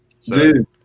Dude